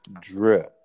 drip